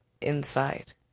inside